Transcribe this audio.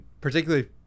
particularly